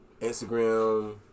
Instagram